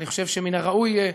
ואני חושב שמן הראוי יהיה